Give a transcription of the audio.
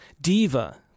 Diva